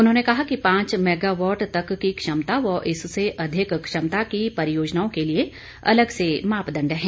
उन्होंने कहा कि पांच मेगावाट तक की क्षमता व इससे अधिक क्षमता की परियोजनाओं के लिए अलग से मापदंड हैं